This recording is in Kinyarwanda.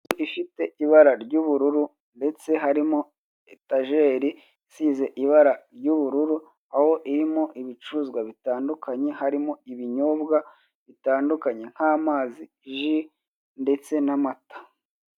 Inzu ifite ibara ry'ubururu ndetse harimo etajeri isize ibara ry'ubururu aho irimo ibicuruzwa bitandukanye harimo ibinyobwa bitandukanye nk'amazi, ji ndetse n'amata.